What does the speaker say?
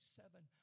seven